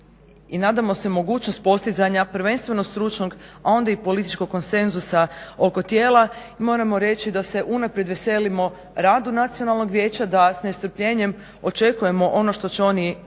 i nadamo se mogućnost postizanja prvenstveno stručnog, a onda i političkog konsenzusa oko tijela i moramo reći da se unaprijed veselimo radu Nacionalnog vijeća da s nestrpljenjem očekujemo ono što će Nacionalno